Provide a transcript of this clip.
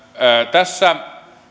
tässä